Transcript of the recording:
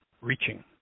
reaching